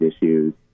issues